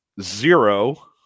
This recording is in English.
Zero